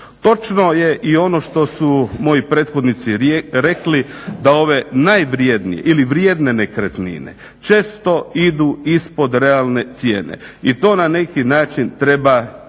Točno je i ono što su moji prethodnici rekli da ove najvrednije ili vrijedne nekretnine često idu ispod realne cijene i to na neki način treba izbjeći.